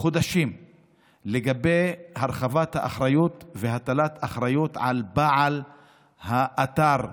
חודשים לגבי הרחבת האחריות והטלת אחריות על בעל האתר,